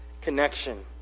Connection